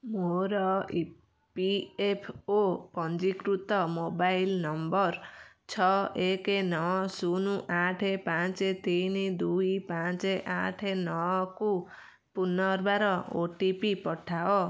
ମୋର E P F O ପଞ୍ଜୀକୃତ mobile number ଛଅ ଏକ ନଅ ଶୂନ ଆଠ ପାଞ୍ଚ ତିନି ଦୁଇ ପାଞ୍ଚ ଆଠ ନଅ କୁ ପୁନର୍ବାର ଓ ଟି ପି ପଠାଅ